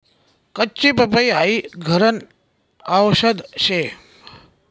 कच्ची पपई हाई घरन आवषद शे